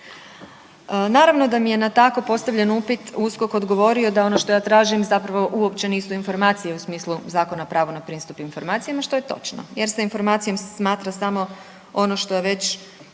Naravno da mi je na tako postavljen upit USKOK odgovorio da ono što ja tražim zapravo uopće nisu informacije u smislu Zakona o pravu na pristup informacijama što je točno, jer se informacijom smatra samo ono što je već